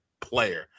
player